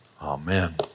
Amen